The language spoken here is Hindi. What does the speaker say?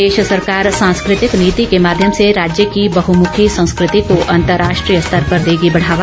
प्रदेश सरकार सांस्कृतिक नीति के माध्यम से राज्य की बहुमुखी संस्कृति को अंतर्राष्ट्रीय स्तर पर देगी बढ़ावा